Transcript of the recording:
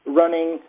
running